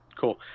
Cool